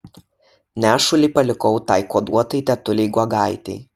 nešulį palikau tai kuoduotai tetulei guogaitei